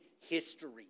history